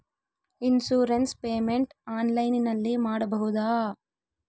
Insurance payment ಆನ್ಲೈನಿನಲ್ಲಿ ಮಾಡಬಹುದಾ?